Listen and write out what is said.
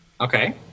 Okay